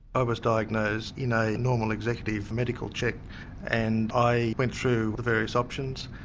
i was diagnosed in a normal executive medical check and i went through the various options.